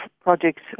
projects